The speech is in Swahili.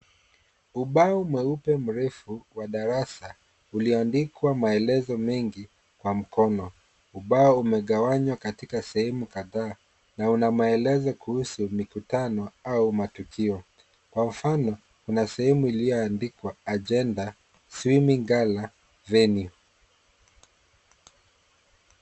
Ubao mweupe mrefu wa darasa ulioandikwa maelezo mengi kwa mkono, ubao umegawanywa katika sehemu kadhaa na una maelezo kuhusu mkutano au matukio, kwa mfano kuna sehemu iliyoandikwa agenda swimming gala venue.